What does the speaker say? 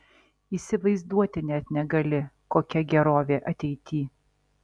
įsivaizduoti net negali kokia gerovė ateity